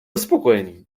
spokojený